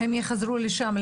הם יחזרו לשם.